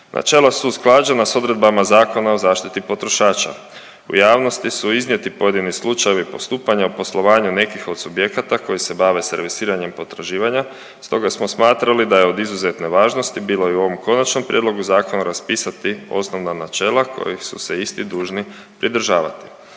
Načela su usklađena s odredbama Zakona o zaštiti potrošača. U javnosti su iznijeti pojedini slučajevi postupanja poslovanja nekih od subjekata koji se bave servisiranjem potraživanja, stoga smo smatrali da je od izuzetne važnosti bilo i u ovom konačnom prijedlogu zakona raspisati osnovna načela kojih su se isti dužni pridržavati.